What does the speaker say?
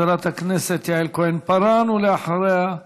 חברת הכנסת יעל כהן-פארן, ואחריה,